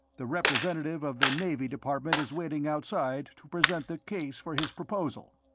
the representative of the navy department is waiting outside to present the case for his proposal.